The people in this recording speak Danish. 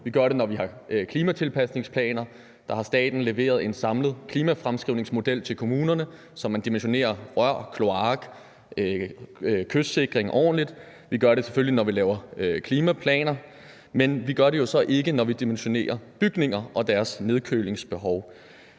Vi gør det, når vi har klimatilpasningsplaner; der har staten leveret en samlet klimafremskrivningsmodel til kommunerne, så man dimensionerer rør, kloakker og kystsikring ordentligt. Vi gør det selvfølgelig, når vi laver klimaplaner. Men vi gør det jo så ikke, når vi dimensionerer bygninger og deres nedkølingsbehov.